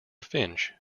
finch